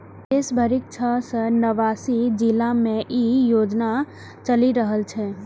देश भरिक छह सय नवासी जिला मे ई योजना चलि रहल छै